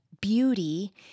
beauty